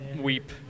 weep